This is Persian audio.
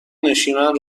نشیمن